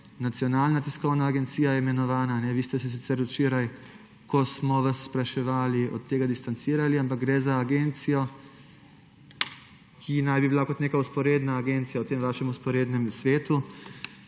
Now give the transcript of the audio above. Nacionalna tiskovna agencija. Vi ste se sicer včeraj, ko smo vas spraševali, od tega distancirali, ampak gre za agencijo, ki naj bi bila kot neka vzporedna agencija v tem vašem vzporednem svetu.